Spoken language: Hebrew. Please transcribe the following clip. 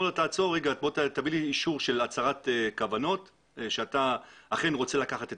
אומרים לו שיביא אישור של הצהרת כוונות שהוא אכן רוצה לקחת את